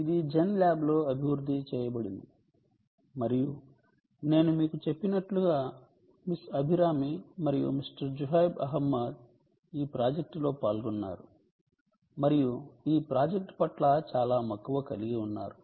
ఇది జెన్ ల్యాబ్లో అభివృద్ధి చేయబడింది మరియు నేను మీకు చెప్పినట్లుగా మిస్ అభిరామి మరియు మిస్టర్ జుహైబ్ అహ్మద్ ఈ ప్రాజెక్టులో పాల్గొన్నారు మరియు ఈ ప్రాజెక్ట్ పట్ల చాలా మక్కువ కలిగి ఉన్నారు